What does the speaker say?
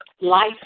life